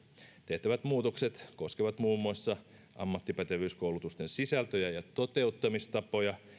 tehtävät muutokset koskevat muun muassa ammattipätevyyskoulutusten sisältöjä ja toteuttamistapoja